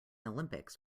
olympics